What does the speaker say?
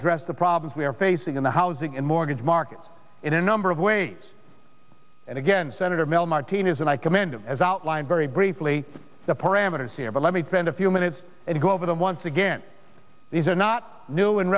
address the problems we are facing in the housing and mortgage market in a number of ways and again senator mel martinez and i commend him as outlined very briefly the parameters here but let me in a few minutes and go over them once again these are not new and